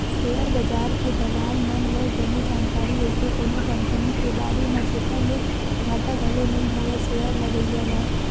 share बजार के दलाल मन ल बने जानकारी रहिथे कोनो कंपनी के बारे म जेखर ले घाटा घलो नइ होवय सेयर लगइया ल